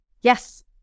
Yes